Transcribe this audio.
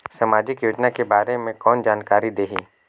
समाजिक योजना के बारे मे कोन जानकारी देही?